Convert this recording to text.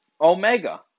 Omega